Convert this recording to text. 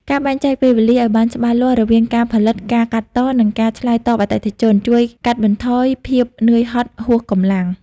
ការបែងចែកពេលវេលាឱ្យបានច្បាស់លាស់រវាងការផលិត ការកាត់ត និងការឆ្លើយតបអតិថិជន ជួយកាត់បន្ថយភាពនឿយហត់ហួសកម្លាំង។